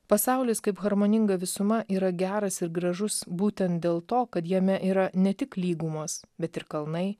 pasaulis kaip harmoninga visuma yra geras ir gražus būtent dėl to kad jame yra ne tik lygumos bet ir kalnai